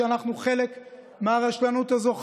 שאנחנו חלק מהרשלנות הזו,